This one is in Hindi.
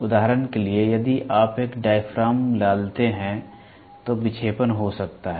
उदाहरण के लिए यदि आप एक डायाफ्राम डालते हैं तो विक्षेपण हो सकता है